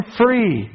free